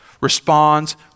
Responds